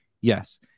Yes